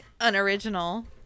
unoriginal